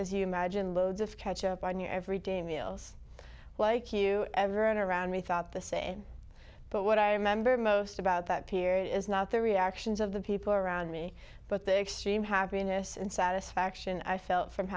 as you imagine loads of ketchup on your every day meals like you ever earn around me thought the same but what i remember most about that period is not the reactions of the people around me but the extreme happiness and satisfaction i felt from